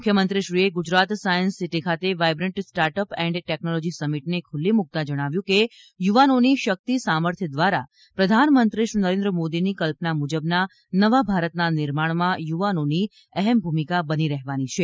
મુખ્યમંત્રીશ્રીએ Gujarat science city ખાતે vibrant startup and technology સમિટને ખુલ્લી મુકતા જણાવ્યું કે યુવાનોની શક્તિ સામર્થ્ય દ્વારા પ્રધાનમંત્રી શ્રી નરેન્દ્ર મોદીની કલ્પના મુજબના નવા ભારતના નિર્માણમાં યુવાનોની અહમ ભૂમિકા બની રહેવાની છે